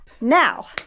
Now